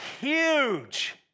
huge